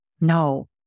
No